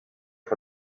for